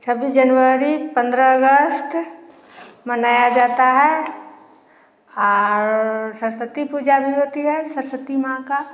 छब्बीस जनवरी पंद्रह अगस्त मनाया जाता है और सरस्वती पूजा भी होती है सरस्वती माँ का